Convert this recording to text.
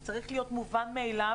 זה צריך להיות מובן מאליו.